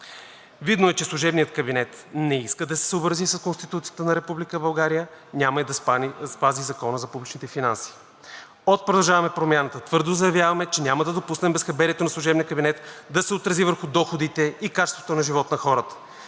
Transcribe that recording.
Видно е, че служебният кабинет не иска да се съобрази с Конституцията на Република България, няма и да спази Закона за публичните финанси. От „Продължаваме Промяната“ твърдо заявяваме, че няма да допуснем безхаберието на служебния кабинет да се отрази върху доходите и качеството на живот на хората.